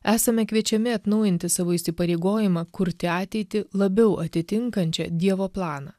esame kviečiami atnaujinti savo įsipareigojimą kurti ateitį labiau atitinkančią dievo planą